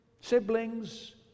siblings